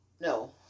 No